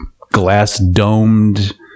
glass-domed